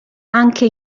anche